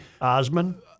Osman